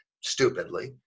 stupidly